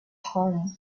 home